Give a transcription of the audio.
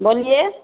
بولیے